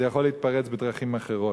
זה יכול להתפרץ בדרכים אחרות.